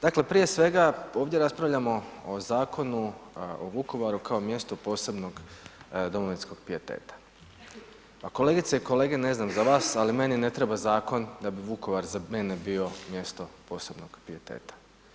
Dakle, prije svega ovdje raspravljamo o Zakonu o Vukovaru kao mjestu posebnog domovinskog pijeteta, pa kolegice i kolege ne znam za vas, ali meni ne treba zakon da bi Vukovar za mene bio mjesto posebnog pijeteta.